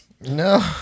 no